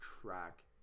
track